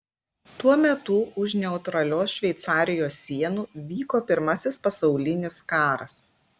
tuo metu už neutralios šveicarijos sienų vyko pirmasis pasaulinis karas